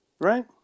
Right